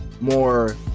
more